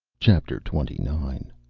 chapter twenty-nine